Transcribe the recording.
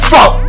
Fuck